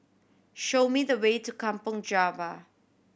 show me the way to Kampong Java